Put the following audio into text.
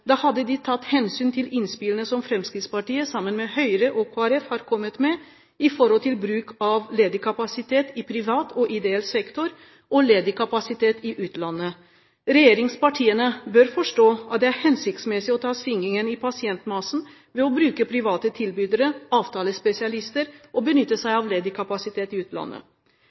hadde de tatt hensyn til innspillene som Fremskrittspartiet sammen med Høyre og Kristelig Folkeparti har kommet med i forhold til bruk av ledig kapasitet i privat og ideell sektor og ledig kapasitet i utlandet. Regjeringspartiene bør forstå at det er hensiktsmessig å ta svingningen i pasientmassen ved å bruke private tilbydere, avtalespesialister og benytte seg av ledig kapasitet i utlandet.